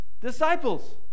disciples